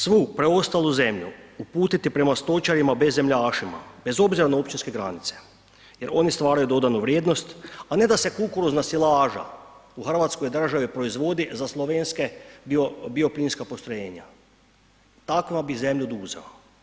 Svu preostalu zemlju uputiti prema stočarima bezemljašima bez obzira na općinske granice jer oni stvaraju dodanu vrijednost, a ne da se kukuruzna silaža u hrvatskoj državi proizvodi za slovenske bio, bioplinska postrojenja, takvima bi zemlju oduzeo.